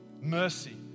Mercy